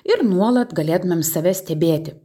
ir nuolat galėtumėm save stebėti